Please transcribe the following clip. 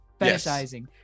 Fetishizing